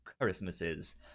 Christmases